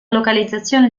localizzazione